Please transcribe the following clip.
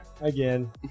Again